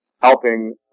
helping